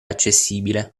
accessibile